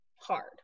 hard